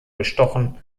bestochen